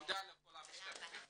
תודה לכל המשתתפים.